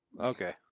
Okay